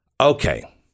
Okay